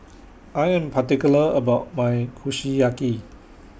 I Am particular about My Kushiyaki